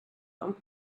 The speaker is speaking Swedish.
dem